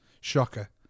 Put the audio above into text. shocker